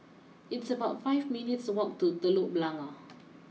it's about five minutes walk to Telok Blangah